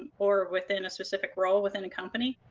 and or within a specific role within a company.